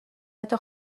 حتی